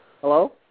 Hello